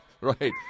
right